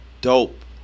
Dope